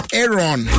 Aaron